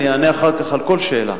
אחר כך אענה בשמחה על כל שאלה.